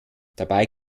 dabei